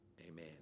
Amen